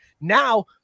now